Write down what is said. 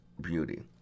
beauty